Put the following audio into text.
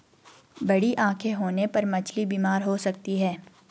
बड़ी आंखें होने पर मछली बीमार हो सकती है